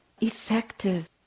effective